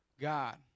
God